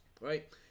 right